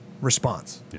response